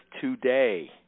today